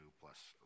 plus